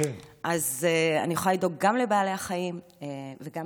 אז אני יכולה לדאוג גם לבעלי החיים וגם